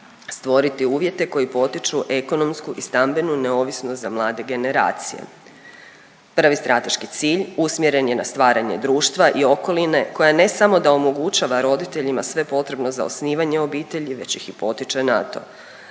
stvoriti uvjete koji potiču ekonomsku i stambenu neovisnost za mlade generacije. Prvi strateški cilj usmjeren je na stvaranje društva i okoline koja ne samo da omogućava roditeljima sve potrebno za osnivanje obitelji već ih i potiče na to.